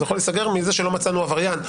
זה יכול להיסגר מזה שלא מצאנו עבריין.